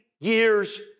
years